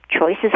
choices